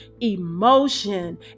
emotion